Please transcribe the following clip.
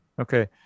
okay